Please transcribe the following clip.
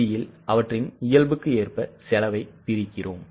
B யில் அவற்றின் இயல்புக்கு ஏற்ப செலவைப் பிரிக்கிறோம்